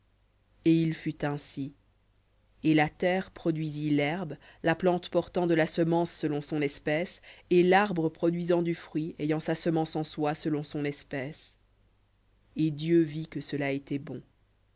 et il fut ainsi et la terre produisit l'herbe la plante portant de la semence selon son espèce et l'arbre produisant du fruit ayant sa semence en soi selon son espèce et dieu vit que cela était bon